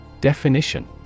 Definition